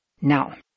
Now